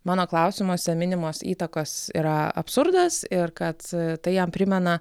mano klausimuose minimos įtakos yra absurdas ir kad tai jam primena